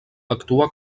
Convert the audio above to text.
actua